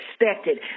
expected